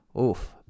Oof